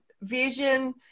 vision